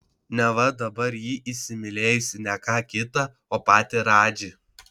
neva dabar ji įsimylėjusi ne ką kitą o patį radžį